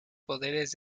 poderes